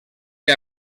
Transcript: que